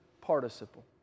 participle